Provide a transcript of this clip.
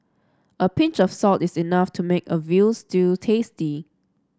a pinch of salt is enough to make a veal stew tasty